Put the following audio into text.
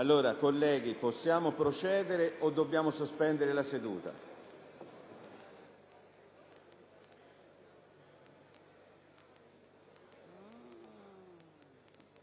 Colleghi, possiamo procedere o dobbiamo sospendere la seduta?